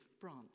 branch